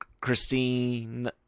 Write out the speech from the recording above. Christine